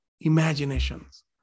imaginations